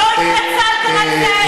לא התנצלתם על זה,